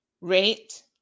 rate